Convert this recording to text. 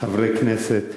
חברי הכנסת,